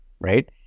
right